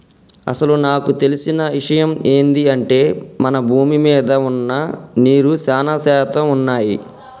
అసలు నాకు తెలిసిన ఇషయమ్ ఏంది అంటే మన భూమి మీద వున్న నీరు సానా శాతం వున్నయ్యి